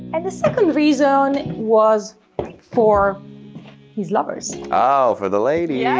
and the second reason was for his lovers. oh, for the ladies. yeah